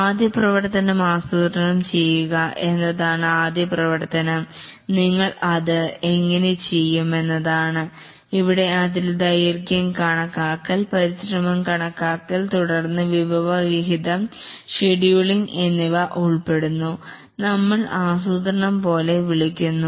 ആദ്യ പ്രവർത്തനം ആസൂത്രണം ചെയ്യുക എന്നതാണ് ആദ്യ പ്രവർത്തനം നിങ്ങൾ അത് എങ്ങനെ ചെയ്യും എന്നതാണ് ഇവിടെ അതിൽ ദൈർഘ്യം കണക്കാക്കൽ പരിശ്രമം കണക്കാക്കൽ തുടർന്ന് വിഭവ വിഹിതം ഷെഡ്യൂളിങ് എന്നിവ ഉൾപ്പെടുന്നു നമ്മൾ ആസൂത്രണം പോലെ വിളിക്കുന്നു